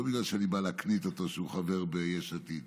לא בגלל שאני בא להקניט אותו שהוא חבר ביש עתיד